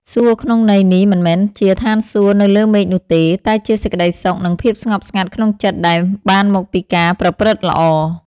សួគ៌ក្នុងន័យនេះមិនមែនជាឋានសួគ៌នៅលើមេឃនោះទេ តែជាសេចក្តីសុខ និងភាពស្ងប់ស្ងាត់ក្នុងចិត្តដែលបានមកពីការប្រព្រឹត្តល្អ។